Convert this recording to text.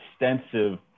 extensive